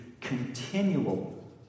continual